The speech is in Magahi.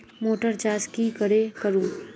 मोटर चास की करे करूम?